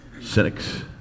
cynics